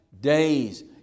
days